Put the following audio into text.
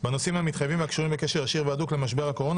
בנושאים המתחייבים והקשורים בקשר ישיר והדוק למשבר הקורונה